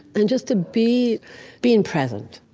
and just to be being present.